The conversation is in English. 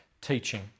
teaching